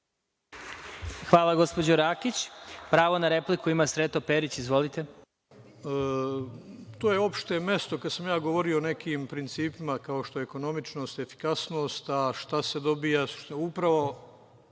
Hvala, gospođo Rakić. Pravo na repliku ima Sreto Perić. Izvolite. **Sreto Perić** To je opšte mesto, kad sam ja govorio o nekim principima kao što su ekonomičnost, efikasnost, a šta se dobija? Upravo